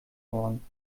ohren